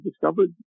discovered